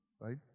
right